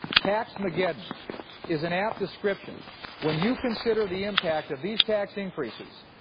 tax-mageddon is an apt description when you consider the impact of these tax increases,